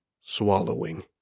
Swallowing